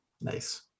Nice